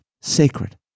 sacred